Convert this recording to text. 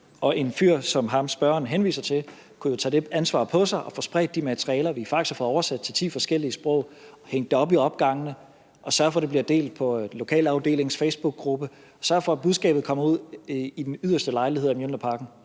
Og en fyr som ham, spørgeren henviser til, kunne jo tage det ansvar på sig at få spredt de materialer, vi faktisk har fået oversat til ti forskellige sprog, få det hængt op i opgangene, sørge for, at det bliver delt i lokalafdelingens facebookgruppe, og sørge for, at budskabet kommer ud i den yderste lejlighed af Mjølnerparken